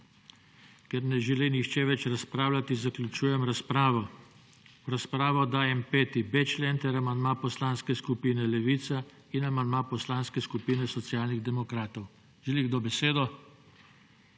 Ker ne želi nihče več razpravljati, zaključujem razpravo. V razpravo dajem 5.d člen ter amandma Poslanske skupine Levica in amandma Poslanske skupine Socialnih demokratov. Želi kdo besedo?